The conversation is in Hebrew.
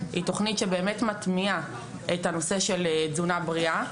היא תוכנית שבאמת מטמיעה את נושא התזונה הבריאה.